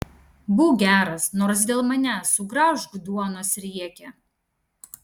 būk geras nors dėl manęs sugraužk duonos riekę